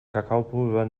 kakaopulver